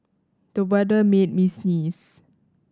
the weather made me sneeze